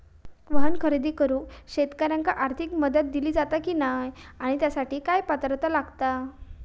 वाहन खरेदी करूक शेतकऱ्यांका आर्थिक मदत दिली जाता की नाय आणि त्यासाठी काय पात्रता लागता?